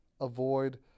avoid